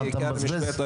אתם מדברים על